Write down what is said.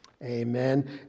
Amen